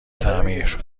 تعمیر